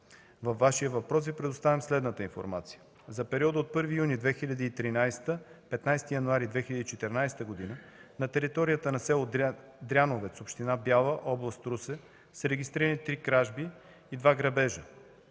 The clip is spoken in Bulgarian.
във Вашия въпрос, Ви предоставям следната информация. За периода 1 юни 2013 – 15 януари 2014 г. на територията на село Дряновец, община Бяла, област Русе са регистрирани три кражби и два грабежа.